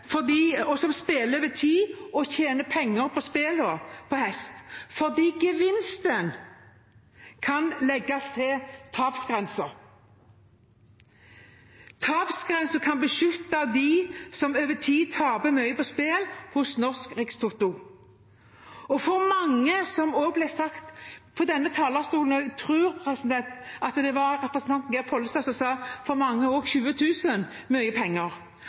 og er kunnskapsrike, som spiller over tid og tjener penger på spillene på hest, for gevinsten kan legges til tapsgrensen. Tapsgrensen kan beskytte dem som over tid taper mye på spill hos Norsk Rikstoto. For mange, som det også ble sagt fra denne talerstolen – jeg tror det var representanten Geir Pollestad som sa det – er 20 000 kr også mye penger.